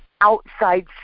outside